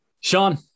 Sean